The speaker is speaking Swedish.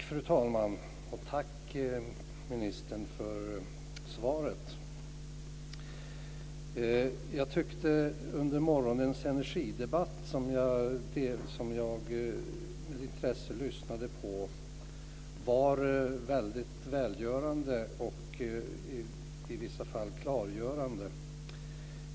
Fru talman! Tack ministern för svaret! Jag tyckte att morgonens energidebatt, som jag med intresse lyssnade på, var väldigt välgörande och i vissa fall klargörande.